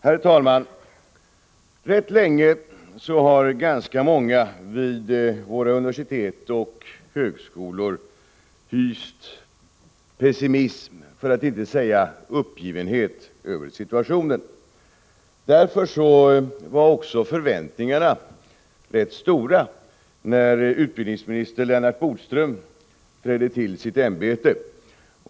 Herr talman! Rätt länge har ganska många vid våra universitet och högskolor hyst pessimism, för att inte säga uppgivenhet, över situationen. Därför var också förväntningarna rätt stora när utbildningsminister Lennart Bodström trädde till sitt ämbete.